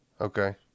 Okay